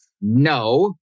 no